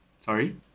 Sorry